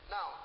Now